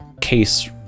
case